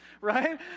right